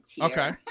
Okay